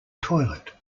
toilet